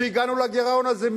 כשהגענו לגירעון הזה,